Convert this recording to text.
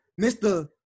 Mr